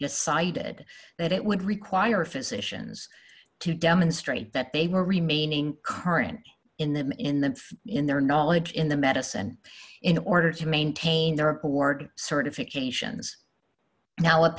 decided that it would require physicians to demonstrate that they were remaining current in the in the in their knowledge in the medicine in order to maintain their aboard certifications now a